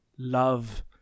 Love